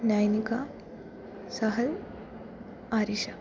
Nainika Sahal Arisha